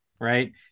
right